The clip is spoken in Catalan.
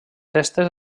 festes